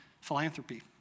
Philanthropy